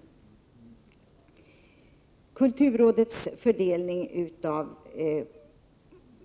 Så till frågan om kulturrådets fördelning av